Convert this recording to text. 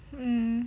mm